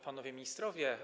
Panowie Ministrowie!